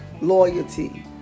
Loyalty